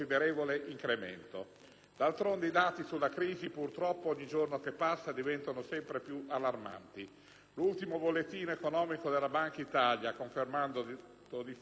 D'altronde, i dati sulla crisi, purtroppo, ogni giorno che passa, diventano sempre più allarmanti. L'ultimo bollettino economico della Banca d'Italia, confermando di fatto le analisi diffuse